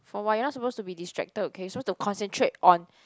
for what you're not supposed to be distracted okay so to concentrate on